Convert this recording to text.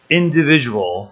individual